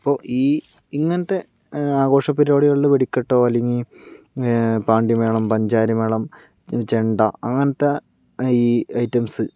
അപ്പോൾ ഈ ഇങ്ങനത്തെ ആഘോഷ പരിപാടികളില് വെടിക്കെട്ടോ അല്ലെങ്കിൽ പാണ്ടിമേളം പഞ്ചാരിമേളം ചെണ്ട അങ്ങനത്തെ ഈ ഐറ്റംസ്സ്